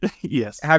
Yes